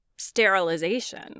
sterilization